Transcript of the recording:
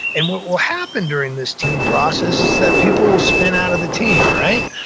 and what will happen during this team process is that people will spin out of the team, right?